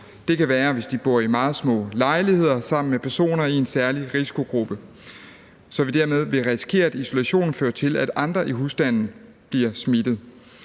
det kan være, fordi de bor i meget små lejligheder sammen med personer i en særlig risikogruppe, så vi dermed ville risikere, at isolationen førte til, at andre i husstanden blev smittet.